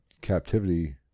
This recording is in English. captivity